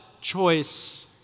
choice